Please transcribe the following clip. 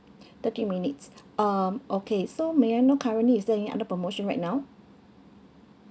thirty minutes um okay so may I know currently is there any other promotion right now